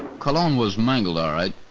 cologne was mangled all right,